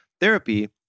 Therapy